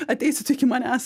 ateisi tu iki manęs